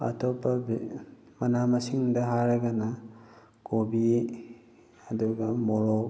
ꯑꯇꯣꯞꯄ ꯃꯅꯥ ꯃꯁꯤꯡꯗ ꯍꯥꯏꯔꯒꯅ ꯀꯣꯕꯤ ꯑꯗꯨꯒ ꯃꯣꯔꯣꯛ